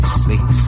sleep